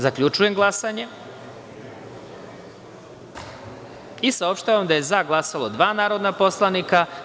Zaključujem glasanje i saopštavam: za – dva, nije glasalo 157 narodnih poslanika.